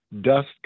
dust